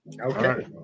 Okay